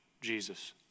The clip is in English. Jesus